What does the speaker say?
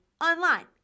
online